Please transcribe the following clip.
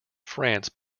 france